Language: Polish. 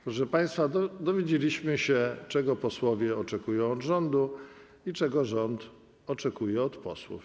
Proszę państwa, dowiedzieliśmy się, czego posłowie oczekują od rządu i czego rząd oczekuje od posłów.